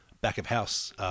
back-of-house